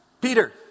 Peter